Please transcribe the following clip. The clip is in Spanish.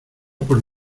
por